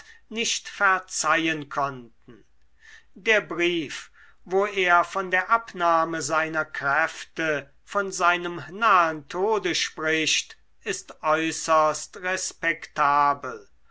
nicht verzeihen konnten der brief wo er von der abnahme seiner kräfte von seinem nahen tode spricht ist äußerst respektabel